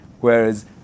Whereas